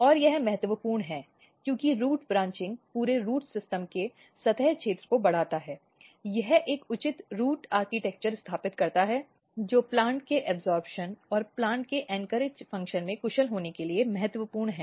और यह महत्वपूर्ण है क्योंकि रूट ब्रांचिंग पूरे रूट सिस्टम के सतह क्षेत्र को बढ़ाता है यह एक उचित रूट आर्किटेक्चर स्थापित करता है जो प्लांट के अवशोषण और प्लांट के एंकरेज फ़ंक्शन में कुशल होने के लिए महत्वपूर्ण है